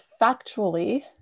factually